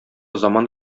заман